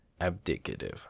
Abdicative